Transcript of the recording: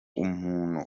umuntu